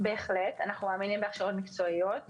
בהחלט אנחנו מאמינים בהכשרות מקצועיות.